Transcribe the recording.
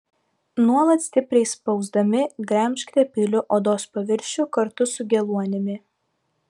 nuolat stipriai spausdami gremžkite peiliu odos paviršių kartu su geluonimi